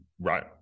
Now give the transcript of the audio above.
Right